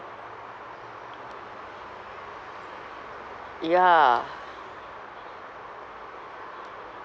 ya